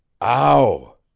Ow